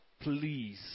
Please